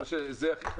זה הכי חשוב.